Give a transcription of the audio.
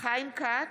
חיים כץ,